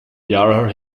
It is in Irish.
dheartháir